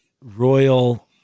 Royal